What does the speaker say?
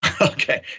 Okay